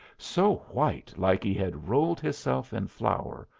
so white like he had rolled hisself in flour,